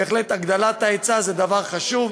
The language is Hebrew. ובהחלט הגדלת ההיצע זה דבר חשוב.